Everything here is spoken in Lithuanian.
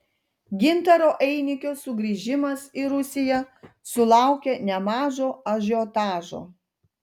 gintaro einikio sugrįžimas į rusiją sulaukė nemažo ažiotažo